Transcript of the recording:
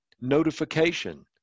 Notification